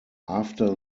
after